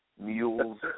mules